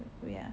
wait ah